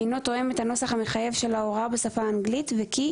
אינו תואם את הנוסח המחייב של ההוראה בשפה האנגלית וכי